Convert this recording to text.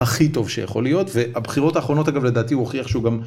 ‫הכי טוב שיכול להיות, והבחירות ‫האחרונות, אגב, לדעתי הוא הוכיח שהוא גם...